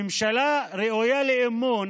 ממשלה ראויה לאמון